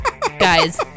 guys